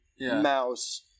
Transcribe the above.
mouse